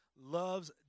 loves